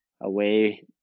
away